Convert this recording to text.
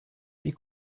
puis